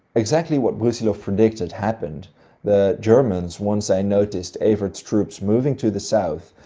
exactly what brusilov predicted, happened the germans, once they noticed evert's troops moving to the south,